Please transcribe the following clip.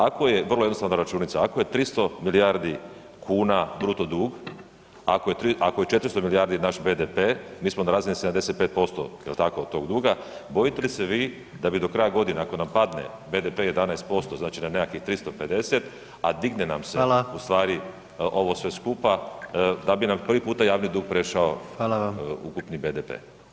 Ako je, vrlo jednostavna računica, ako je 300 milijardi kuna bruto dug, ako je 400 milijardi naš BDP, mi smo na razini 75% jel tako, od tog duga, bojite li se vi da bi do kraja godine ako nam padne BDP 11%, znači na nekakvih 350, a digne nam se [[Upadica: Hvala]] u stvari ovo sve skupa, da bi nam prvi puta javni dug prešao [[Upadica: Hvala vam]] ukupni BDP?